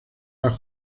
las